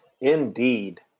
Indeed